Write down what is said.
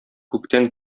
күктән